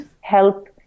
help